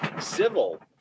civil